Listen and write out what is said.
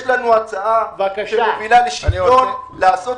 יש לנו הצעה שמובילה לשוויון: לעשות